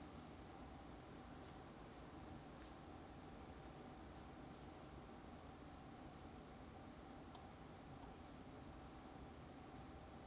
oh